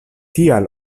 tial